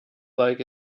like